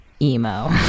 emo